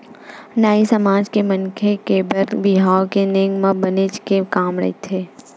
नाई समाज के मनखे के बर बिहाव के नेंग म बनेच के काम रहिथे